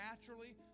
naturally